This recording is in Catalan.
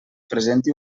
presenti